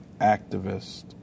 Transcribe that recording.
activist